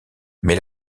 mais